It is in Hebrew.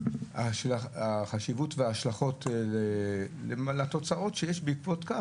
החשיבות וההשלכות לתוצאות שיש בעקבות כך